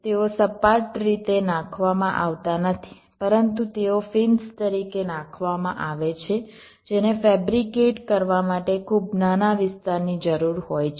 તેઓ સપાટ રીતે નાખવામાં આવતાં નથી પરંતુ તેઓ ફિન્સ તરીકે નાખવામાં આવે છે જેને ફેબ્રિકેટ કરવા માટે ખૂબ નાના વિસ્તારની જરૂર હોય છે